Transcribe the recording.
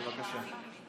בבקשה.